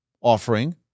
offering